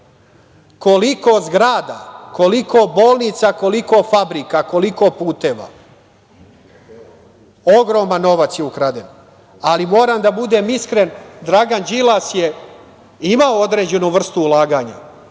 koliko zgrada, koliko bolnica, koliko fabrika, koliko puteva? Ogroman novac je ukraden, ali moram da budem iskren, Dragan Đilas je imao određenu vrstu ulaganja. Imao